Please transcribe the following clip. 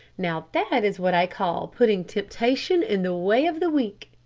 now that is what i call putting temptation in the way of the weak.